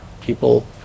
People